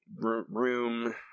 room